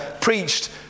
preached